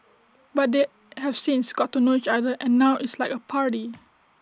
but they have since got to know each other and now it's like A party